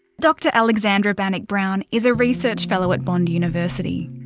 dr alexandra bannach-brown is a research fellow at bond university.